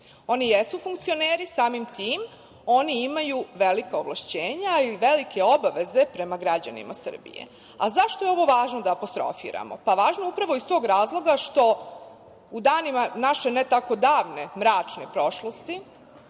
Oni jesu funkcioneri, samim tim oni imaju velika ovlašćenja, a i velike obaveze prema građanima Srbije.Zašto je ovo važno da apostrofiramo? Važno je upravo iz tog razloga što u danima naše ne tako davne mračne prošlosti,